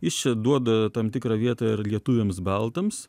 jis čia duoda tam tikrą vietą ir lietuviams baltams